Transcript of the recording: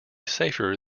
safer